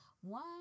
One